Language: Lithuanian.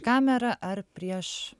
kamerą ar prieš